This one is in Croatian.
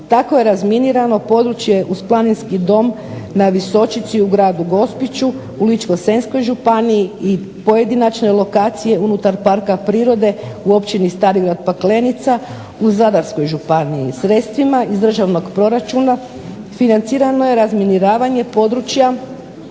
Tako je razminirano područje uz planinski dom na Visočici u gradu Gospiću, u Ličko-senjskoj županiji i pojedinačne lokacije unutar parka prirode u općini Starigrad Paklenica, u Zadarskoj županiji, sredstvima iz državnog proračuna financirano je razminiravanje područja